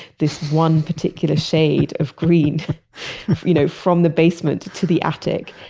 this one particular shade of green you know from the basement to the attic.